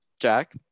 Jack